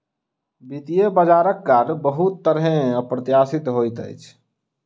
वित्तीय बजारक कार्य बहुत तरहेँ अप्रत्याशित होइत अछि